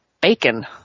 bacon